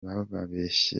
bababeshya